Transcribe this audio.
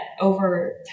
over